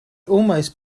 almost